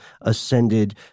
ascended